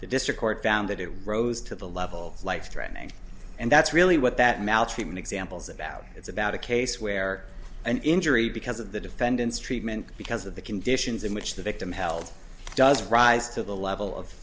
district court found that it rose to the level of life threatening and that's really what that maltreatment examples about it's about a case where an injury because of the defendant's treatment because of the conditions in which the victim held doesn't rise to the level of